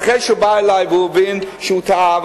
ואחרי שהוא בא אלי והבין שהוא טעה,